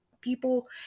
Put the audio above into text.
people